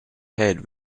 head